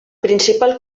principal